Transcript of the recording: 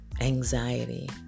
anxiety